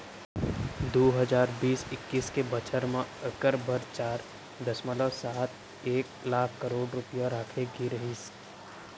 दू हजार बीस इक्कीस के बछर म एकर बर चार दसमलव सात एक लाख करोड़ रूपया राखे गे रहिस